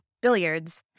billiards